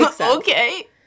Okay